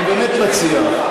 אני באמת מציע,